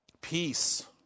Peace